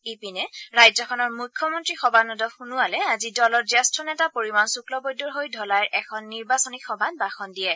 ইপিনে ৰাজ্যখনৰ মুখ্যমন্ত্ৰী সৰ্বানন্দ সোণোৱালে আজি দলৰ জ্যেষ্ঠ নেতা পৰিমল শুক্লবৈদ্যৰ হৈ ঢলাইৰ এখন নিৰ্বাচনী সভাত ভাষণ দিয়ে